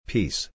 Peace